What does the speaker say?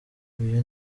uyu